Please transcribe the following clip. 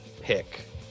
pick